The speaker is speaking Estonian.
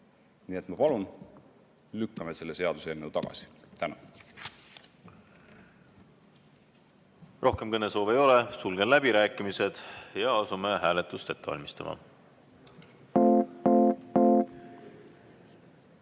Nii et ma palun: lükkame selle seaduseelnõu tagasi. Tänan! Rohkem kõnesoove ei ole, sulgen läbirääkimised ja asume hääletust ette valmistama.